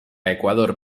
ecuador